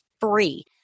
free